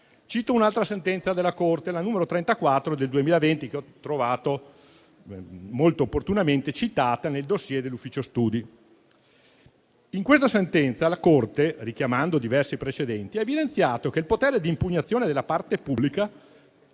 Cito ora la sentenza della Corte n. 34 del 2020, che ho trovato molto opportunamente citata nel *dossier* dell'Ufficio studi. In questa sentenza la Corte, richiamando diversi precedenti, ha evidenziato che: «il potere di impugnazione della parte pubblica